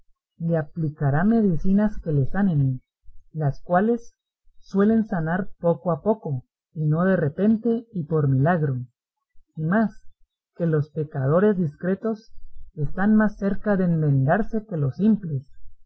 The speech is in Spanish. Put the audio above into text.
le aplicará medicinas que le sanen las cuales suelen sanar poco a poco y no de repente y por milagro y más que los pecadores discretos están más cerca de enmendarse que los simples